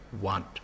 want